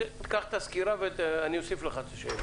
קח את הסקירה ואני אוסיף לך את השאלות.